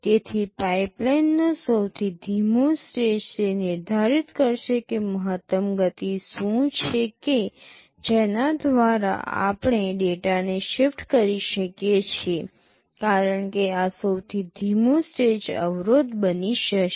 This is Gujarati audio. તેથી પાઇપલાઇનનો સૌથી ધીમો સ્ટેજ તે નિર્ધારિત કરશે કે મહત્તમ ગતિ શું છે કે જેના દ્વારા આપણે ડેટાને શિફ્ટ કરી શકીએ છીએ કારણ કે આ સૌથી ધીમો સ્ટેજ અવરોધ બની જશે